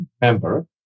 member